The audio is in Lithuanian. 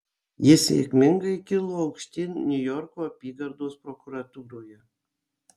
ji sėkmingai kilo aukštyn niujorko apygardos prokuratūroje